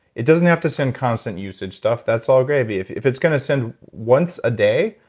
it doesn't have to send constant usage stuff that's all gravy. if if it's going to send once a day,